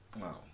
Wow